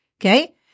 Okay